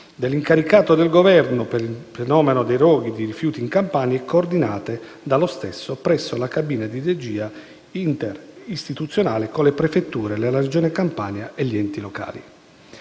dell'incaricato del Governo per il fenomeno dei roghi di rifiuti in Campania e coordinate dallo stesso presso la cabina di regia interistituzionale con le prefetture, la Regione Campania e gli enti locali.